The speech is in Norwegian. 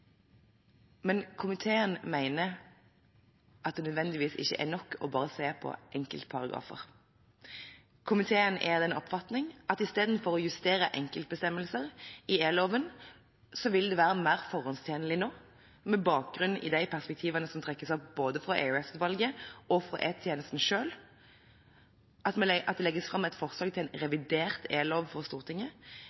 Men komiteen mener at det ikke nødvendigvis er nok bare å se på enkeltparagrafer. Komiteen er av den oppfatning at i stedet for å justere enkeltbestemmelser i e-loven vil det være mer formålstjenlig nå, med bakgrunn i de perspektivene som trekkes opp både fra EOS-utvalget og fra E-tjenesten selv, at det legges fram et forslag til en